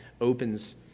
opens